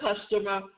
customer